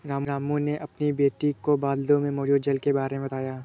रामू ने अपनी बेटी को बादलों में मौजूद जल के बारे में बताया